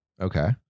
Okay